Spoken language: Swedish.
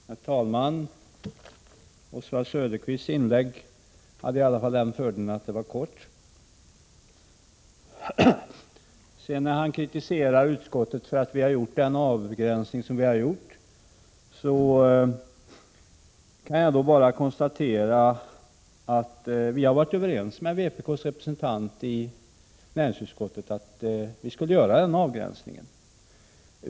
Herr talman! Oswald Söderqvists inlägg hade i alla fall den fördelen att det var kort. Han kritiserar utskottet för den avgränsning vi har gjort. Jag kan bara konstatera att vi har varit överens med vpk:s representant i näringsutskottet om att vi skulle göra den avgränsningen.